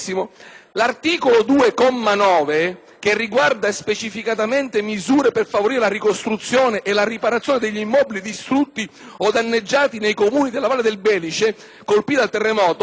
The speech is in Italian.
che riguarda specificatamente misure per favorire la ricostruzione e la riparazione di immobili distrutti o danneggiati nei Comuni della Valle del Belice colpiti dal terremoto, è una norma sostanziale del